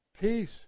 Peace